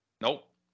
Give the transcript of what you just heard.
nope